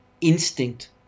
instinct